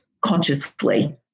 consciously